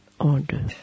order